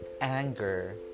anger